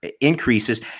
increases